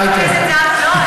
אייכלר.